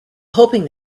hoping